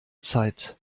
zeit